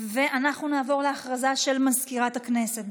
נעבור להודעה של מזכירת הכנסת.